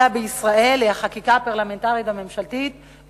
בישראל היא החקיקה הפרלמנטרית והממשלתית,